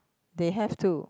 they have to